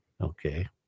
Okay